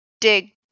dig